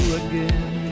again